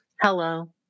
hello